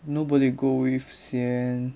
nobody go with sian